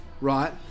right